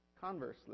Conversely